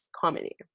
comedy